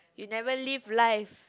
you never live life